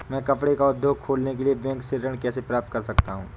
मैं कपड़े का उद्योग खोलने के लिए बैंक से ऋण कैसे प्राप्त कर सकता हूँ?